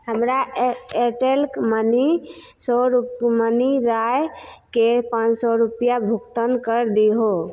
हमरा Airtel money सऽ रुक्मीनी रायके पाॅंच सए रुपैआ भुगतान कऽ दिऔ